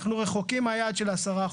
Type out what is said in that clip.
אנחנו רחוקים מהיעד של ה-10%.